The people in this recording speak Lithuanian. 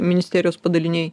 ministerijos padaliniai